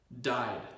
Died